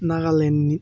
नागालेण्डनि